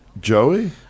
Joey